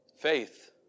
Faith